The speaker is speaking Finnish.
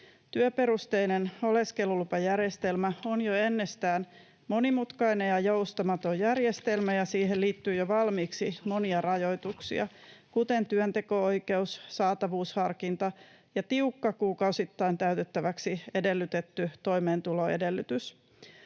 Työperusteinen oleskelulupajärjestelmä on jo ennestään monimutkainen ja joustamaton järjestelmä, ja siihen liittyy jo valmiiksi monia rajoituksia, kuten työnteko-oikeus, saatavuusharkinta ja tiukka, kuukausittain täytettäväksi edellytetty toimeentuloedellytys.